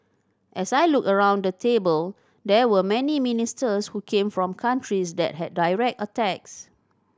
as I looked around the table there were many ministers who came from countries that had direct attacks